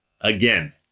Again